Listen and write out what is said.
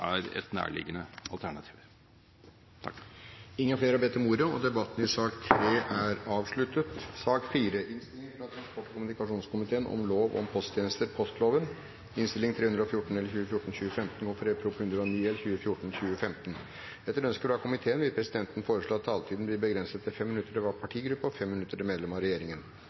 er et nærliggende alternativ. Flere har ikke bedt om ordet til sak nr. 3. Etter ønske fra transport- og kommunikasjonskomiteen vil presidenten foreslå at taletiden blir begrenset til 5 minutter til hver partigruppe og 5 minutter til medlem av regjeringen. Videre vil presidenten foreslå at det blir gitt anledning til fem replikker med svar etter innlegg fra medlem av regjeringen